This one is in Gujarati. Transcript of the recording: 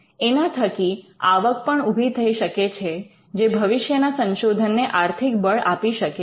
એના થકી આવક પણ ઉભી થઈ શકે છે જે ભવિષ્યના સંશોધનને આર્થિક બળ આપી શકે છે